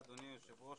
תודה אדוני היושב ראש.